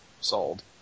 sold